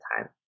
time